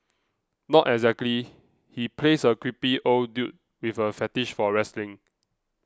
not exactly he plays a creepy old dude with a fetish for wrestling